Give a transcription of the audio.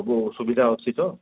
ସବୁ ସୁବିଧା ଅଛି ତ